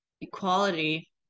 equality